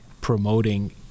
promoting